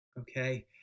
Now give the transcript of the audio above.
Okay